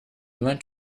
lent